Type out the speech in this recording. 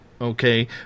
okay